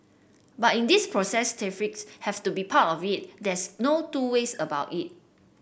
but in this process tariffs have to be part of it there's no two ways about it